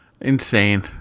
Insane